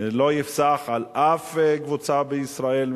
שזה לא יפסח על אף קבוצה בישראל,